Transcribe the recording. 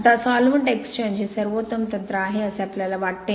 आता solvent exchange हे सर्वोत्तम तंत्र आहे असे आपल्याला वाटते